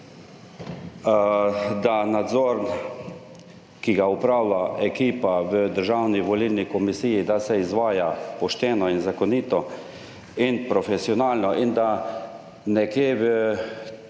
se nadzor, ki ga opravlja ekipa v Državni volilni komisiji, izvaja pošteno, zakonito in profesionalno. Da je v